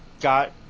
got